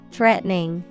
Threatening